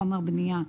חומר בנייה,